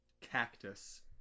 Cactus